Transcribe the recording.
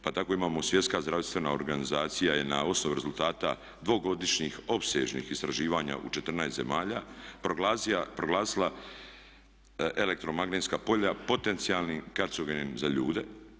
Pa tako imamo Svjetska zdravstvena organizacija je na osnovu rezultata dvogodišnjih opsežnih istraživanja u 14 zemalja proglasila elektromagnetska polja potencijalnim karcinogenim za ljude.